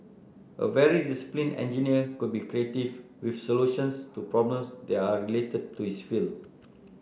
a very disciplined engineer could be creative with solutions to problems that are related to his field